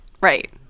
Right